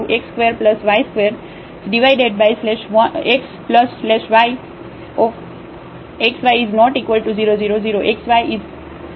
fxyx2y2x|y|xy≠00 0xy00 તેથી ચાલો અહીં એપ્સીલોન Δ અપ્રોચ લઈએ